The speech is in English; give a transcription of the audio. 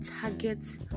target